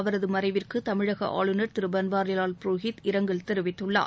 அவரது மறைவிற்கு தமிழக ஆளுநர் திரு பன்வாரிலால் புரோகித் இரங்கல் தெரிவித்துள்ளார்